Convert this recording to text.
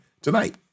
tonight